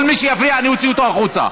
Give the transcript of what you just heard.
כל מי שיפריע, אני אוציא אותו החוצה.